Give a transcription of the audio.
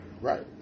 Right